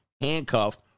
handcuffed